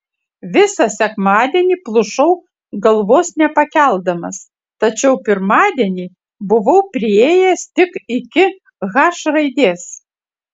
visą sekmadienį plušau galvos nepakeldamas tačiau pirmadienį buvau priėjęs tik iki h raidės